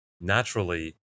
naturally